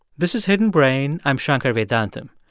this is hidden brain. i'm shankar vedantam.